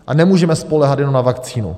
A nemůžeme spoléhat jenom na vakcínu.